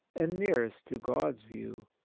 and nearest to god's view,